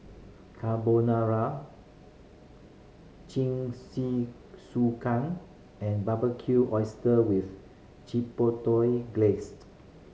Carbonara Jingisukan and Barbecued Oyster with Chipotle Glaze